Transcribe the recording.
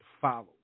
follow